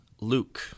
Luke